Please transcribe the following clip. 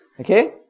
okay